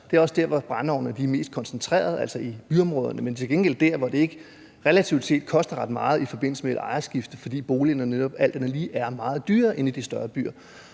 også er der, hvor vores brændeovnene er mest koncentreret, altså i byområderne, men det er til gengæld også der, hvor det ikke relativt set koster ret meget i forbindelse med et ejerskifte, fordi boligerne netop alt andet lige er meget dyrere i de større byer.